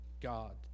God